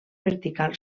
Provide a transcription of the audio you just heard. vertical